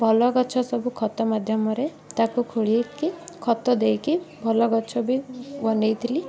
ଭଲ ଗଛ ସବୁ ଖତ ମାଧ୍ୟମରେ ତାକୁ ଖୋଳିକି ଖତ ଦେଇକି ଭଲ ଗଛ ବି ବନେଇଥିଲି